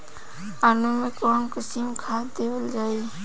आलू मे कऊन कसमक खाद देवल जाई?